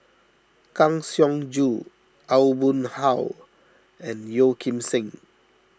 Kang Siong Joo Aw Boon Haw and Yeo Kim Seng